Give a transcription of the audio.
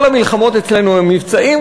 כל המלחמות אצלנו הן מבצעים,